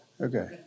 Okay